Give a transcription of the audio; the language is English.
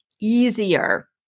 easier